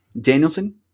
Danielson